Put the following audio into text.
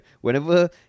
Whenever